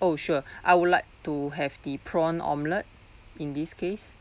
oh sure I would like to have the prawn omelette in this case